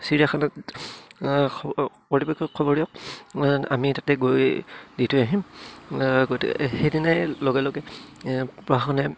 চিৰিয়াখানাত কৰ্তৃপক্ষক খবৰ দিয়ক আমি তাতে গৈ দি থৈ আহিম সেইদিনাই লগে লগে প্ৰশাসনে